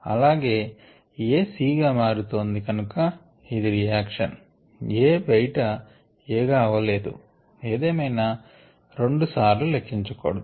అలాగే A C గా మారుతొంది గనుక ఇది రియాక్షన్ A బయట A గా అవ్వ లేదు ఏదేమయిన రెండు సార్లు లెక్కించ కూడదు